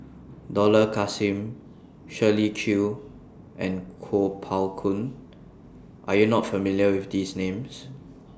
Dollah Kassim Shirley Chew and Kuo Pao Kun Are YOU not familiar with These Names